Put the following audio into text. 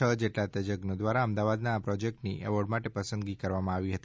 છ જેટલા તજજ્ઞો દ્વારા અમદાવાદના આ પ્રોજેક્ટની એવોર્ડ માટે પસંદગી કરવામાં આવી હતી